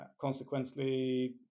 consequently